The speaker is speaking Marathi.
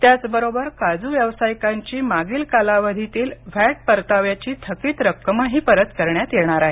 त्याचबरोबर काजू व्यावसायिकांची मागील कालावधीतील व्हॅट परताव्याची थकित रक्कमही परत करण्यात येणार आहे